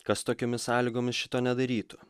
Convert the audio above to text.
kas tokiomis sąlygomis šito nedarytų